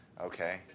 Okay